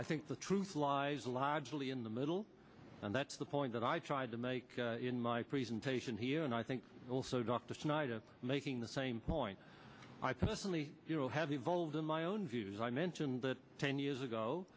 i think the truth lies largely in the middle and that's the point that i tried to make in my presentation here and i think also dr snyder making the same point i personally will have evolved in my own view as i mentioned that ten years ago